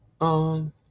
on